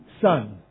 Son